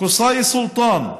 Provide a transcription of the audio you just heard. קוסאי סולטאן,